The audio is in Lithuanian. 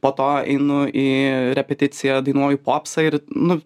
po to einu į repeticiją dainuoju popsą ir nu